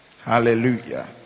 Hallelujah